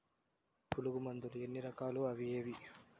పులుగు మందులు ఎన్ని రకాలు అవి ఏవి?